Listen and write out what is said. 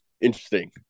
Interesting